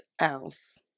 else